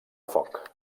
foc